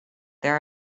there